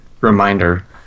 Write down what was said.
reminder